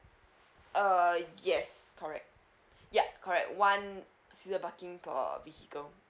uh yes correct yup correct one season parking per vehicle